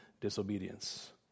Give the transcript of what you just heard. disobedience